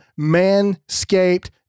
manscaped